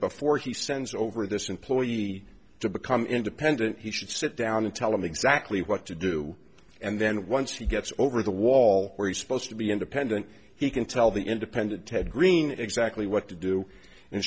before he sends over this employee to become independent he should sit down and tell him exactly what to do and then once he gets over the wall where he's supposed to be independent he can tell the independent ted greene exactly what to do